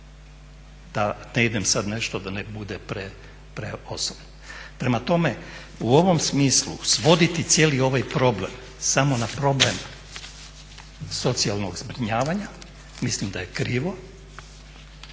Da ne idem sad nešto, da ne bude preosobno. Prema tome, u ovom smislu svoditi cijeli ovaj problem samo na problem socijalnog zbrinjavanja, mislim da je krivo,